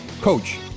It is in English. Coach